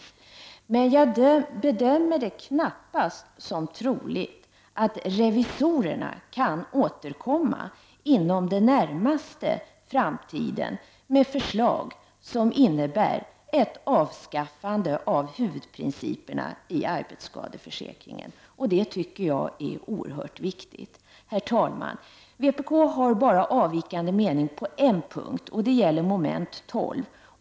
Jag gör dock bedömningen att det knappast är troligt att revisorerna kan återkomma inom den närmaste framtiden med förslag, som innebär ett avskaffande av huvudprinciperna i arbetsskadeförsäkringen. Det tycker jag är oerhört viktigt. Herr talman! Vi i vpk ger uttryck för en avvikande mening på endast en punkt, och det gäller mom. 12.